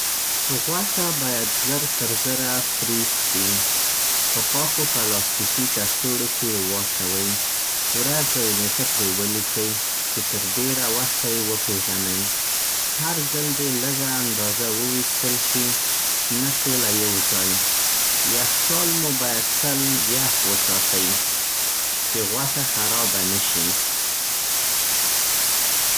غوښه باید زر تر زره فریز شي. په پاکو پلاستیکي کڅوړو کې یې واچوئ. ورځ او نیټه پرې ولیکئ، چې تر ډېره وخته یې وپیژنئ. هر ځل دې لږه اندازه وویستل شي، نه ټوله یو ځای. یخچال مو باید تل یخ وساتئ، چې غوښه خرابه نه شي.